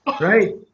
right